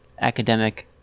academic